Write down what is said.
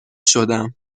شدم